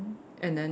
and then